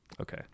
okay